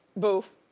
boof?